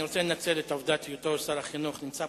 אני רוצה לנצל את היותו של שר החינוך פה,